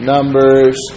Numbers